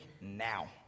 now